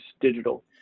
digital